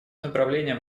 направлением